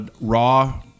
raw